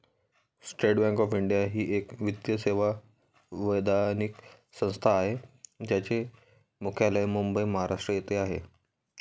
state Bank of India ही एक वित्तीय सेवा वैधानिक संस्था आहे ज्याचे मुख्यालय मुंबई, महाराष्ट्र येथे आहे